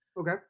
Okay